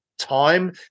Time